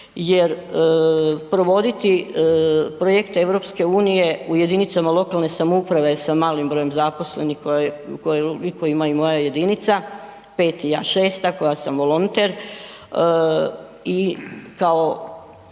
jer provoditi projekte EU u jedinicama lokalne samouprave sa malim brojem zaposlenih koje ima i moja jedinica 5 i ja 6-ta koja sam volonter i kao